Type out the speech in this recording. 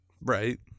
Right